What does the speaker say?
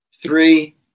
three